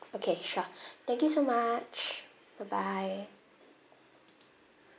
okay sure thank you so much bye bye